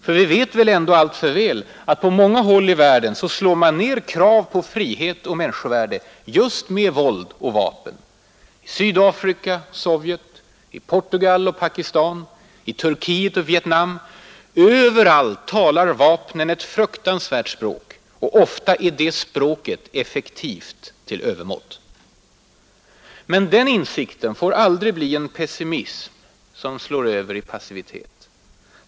För vi vet väl ändå alltför väl att på många håll i världen slår man ner krav på frihet och människovärde just med våld och vapen, I Sydafrika och Sovjet, i Portugal och Pakistan, i Turkiet och Vietnam — överallt talar vapnen ett fruktansvärt språk, och ofta är det språket effektivt till övermått. Men den insikten får aldrig bli en pessimism som slår över i passivitet.